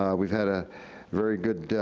um we've had a very good